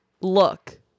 Look